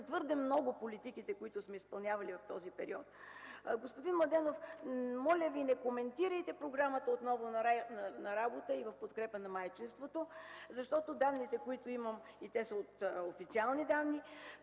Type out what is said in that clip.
твърде много са политиките, които сме изпълнявали в този период. Господин Младенов, моля Ви, не коментирайте отново програмата „Отново на работа” в подкрепа на майчинството, защото данните, които имам, а те са официални данни,